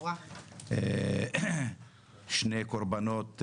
שני קורבנות,